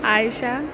عائشہ